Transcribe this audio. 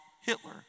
Hitler